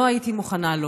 לא הייתי מוכנה לו.